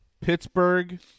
Pittsburgh